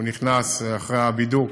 הוא נכנס אחרי הבידוק,